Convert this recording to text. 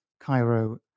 Cairo